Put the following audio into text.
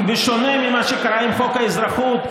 כי בשונה ממה שקרה עם חוק האזרחות,